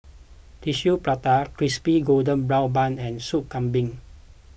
Tissue Prata Crispy Golden Brown Bun and Sup Kambing